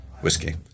Whiskey